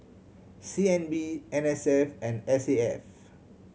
C N B N S F and S A F